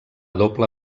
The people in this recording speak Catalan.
doble